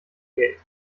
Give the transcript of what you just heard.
geld